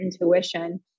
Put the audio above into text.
intuition